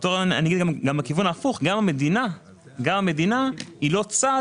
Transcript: באותו רעיון אני אגיד גם בכיוון ההפוך גם המדינה היא לא צד